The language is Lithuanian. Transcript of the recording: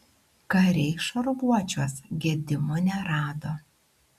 kariai šarvuočiuos gedimų nerado